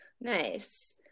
Nice